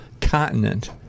continent